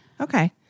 Okay